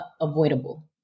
avoidable